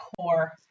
core